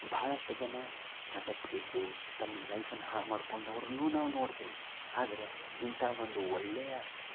ಭಾಳಷ್ಟು ಜನ ಚಟಕ್ಕೆ ಬಿದ್ದು ತಮ್ಮ ಲೈಫನ್ನು ಹಾಳು ಮಾಡ್ಕೊಂಡವ್ರನ್ನೂ ನಾವು ನೋಡ್ತೇವೆ ಆದ್ರೆ ಇಂಥ ಒಂದು ಒಳ್ಳೆಯ